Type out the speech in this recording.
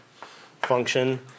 function